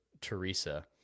Teresa